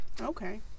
Okay